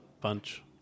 bunch